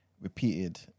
repeated